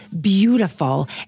beautiful